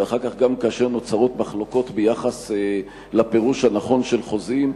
ואחר כך גם כאשר נוצרות מחלוקות ביחס לפירוש הנכון של חוזים,